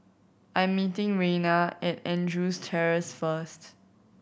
I'm meeting Reyna at Andrews Terrace first